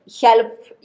help